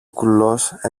κουλός